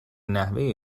نحوه